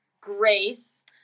Grace